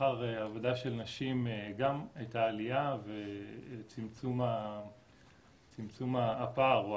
בשכר העבודה של נשים גם הייתה עלייה וצמצום הפער או